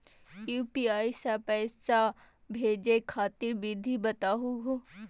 UPI स पैसा भेजै खातिर विधि बताहु हो?